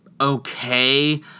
okay